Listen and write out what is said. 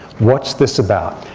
what's this about?